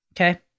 Okay